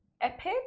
epic